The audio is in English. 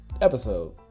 episode